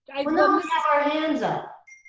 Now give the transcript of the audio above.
our hands up.